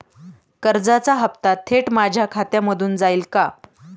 कर्जाचा हप्ता थेट माझ्या खात्यामधून जाईल का?